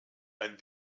ein